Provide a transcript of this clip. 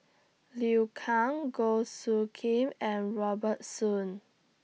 Liu Kang Goh Soo Khim and Robert Soon